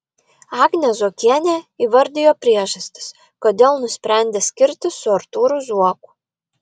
agnė zuokienė įvardijo priežastis kodėl nusprendė skirtis su artūru zuoku